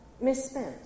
misspent